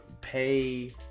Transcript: pay